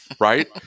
Right